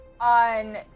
On